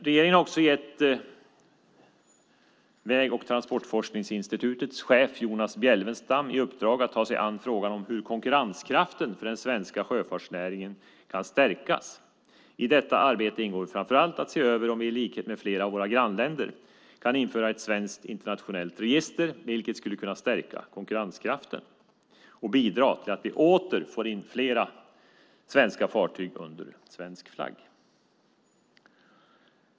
Regeringen har också gett Väg och transportforskningsinstitutets chef, Jonas Bjelfvenstam, i uppdrag att ta sig an frågan om hur konkurrenskraften för den svenska sjöfartsnäringen kan stärkas. I detta arbete ingår framför allt att se över om vi, i likhet med flera av våra grannländer, kan införa ett svenskt internationellt register, vilket skulle kunna stärka konkurrenskraften och bidra till att vi åter får in flera svenska fartyg under svensk flagg.